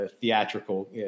theatrical